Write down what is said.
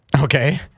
Okay